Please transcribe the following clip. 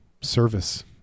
service